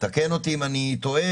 תקן אותי אם אני טועה,